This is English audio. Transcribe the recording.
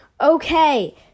Okay